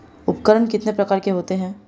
उपकरण कितने प्रकार के होते हैं?